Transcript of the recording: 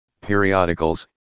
periodicals